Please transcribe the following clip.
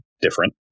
different